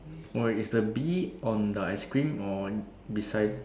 oh is the bee on the ice cream or beside